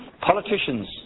politicians